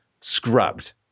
scrubbed